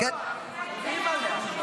לא, לא.